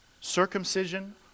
circumcision